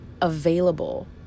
available